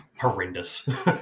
horrendous